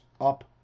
up